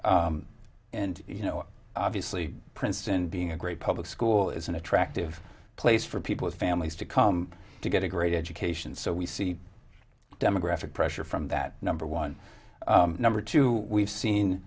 and you know obviously princeton being a great public school is an attractive place for people of families to come to get a great education so we see demographic pressure from that number one number two we've seen